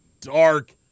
dark